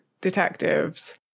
detectives